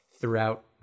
throughout